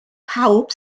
pawb